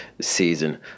season